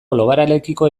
globalarekiko